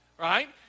right